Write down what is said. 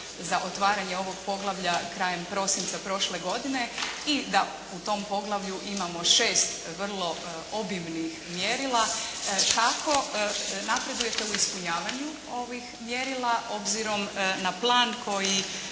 za otvaranje ovog poglavlja krajem prosinca prošle godine i da u tom poglavlju imamo šest vrlo obimnih mjerila kako napredujete u ispunjavanju ovih mjerila obzirom na plan koji